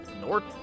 north